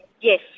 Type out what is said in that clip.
Yes